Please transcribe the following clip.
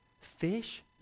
fish